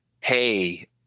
hey